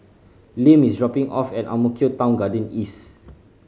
Lim is dropping off at Ang Mo Kio Town Garden East